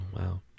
wow